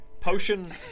potion